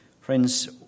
Friends